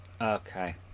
Okay